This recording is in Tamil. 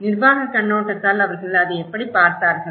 நிர்வாகக் கண்ணோட்டத்தால் அவர்கள் அதை எப்படிப் பார்த்தார்கள்